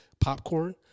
POPCORN